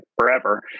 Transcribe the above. forever